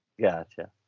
Gotcha